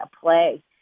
play